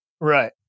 Right